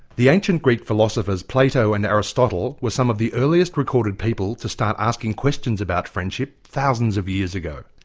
the ancient greek philosophers plato and aristotle were some of the earliest recorded people to start asking questions about friendship thousands of years ago.